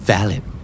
Valid